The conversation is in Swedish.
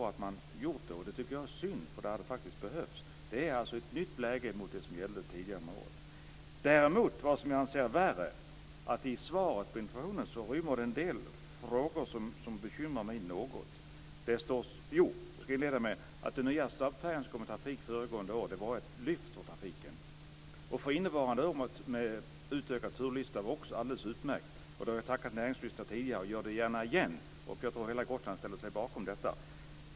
Det tycker jag är synd. Det hade faktiskt behövts. Det är alltså ett nytt läge i förhållande till vad som gällde tidigare år. Än värre anser jag att det är att det i svaret på interpellationen inryms en del frågor som bekymrar mig något. Den nya snabbfärja som kom i trafik föregående år har varit ett lyft för trafiken. För innevarande år, med en utökad turlista, är den också alldeles utmärkt. Jag har tidigare tackat näringsministern och gör det gärna igen. Jag tror att hela Gotland ställer sig bakom det.